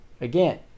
again